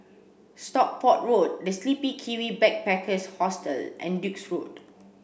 Stockport Road The Sleepy Kiwi Backpackers Hostel and Duke's Road